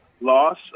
loss